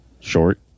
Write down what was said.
Short